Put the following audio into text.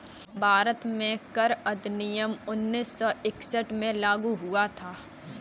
भारत में कर अधिनियम उन्नीस सौ इकसठ में लागू हुआ था